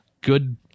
good